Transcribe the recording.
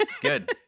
Good